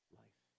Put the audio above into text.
life